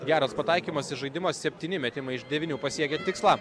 geras pataikymas ir žaidimas septyni metimai iš devynių pasiekia tikslą